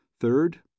Third